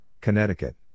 Connecticut